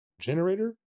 generator